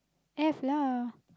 have lah